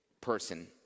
person